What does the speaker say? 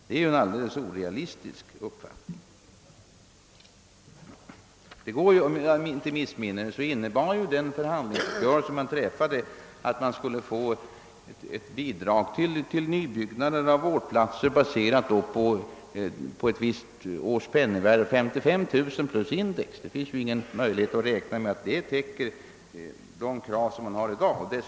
Det är en helt orealistisk uppfattning. Om jag inte missminner mig innebar den förhandlingsuppgörelse som träffades att man skulle få ett bidrag till nybyggnad av vårdplatser baserat på ett visst års penningvärde — 55 000 kronor plus index. Det finns ingen möjlighet att räkna med att detta belopp skall täcka dagens krav. Dessutom tillkommer andra krav.